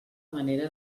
manera